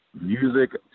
music